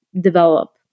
develop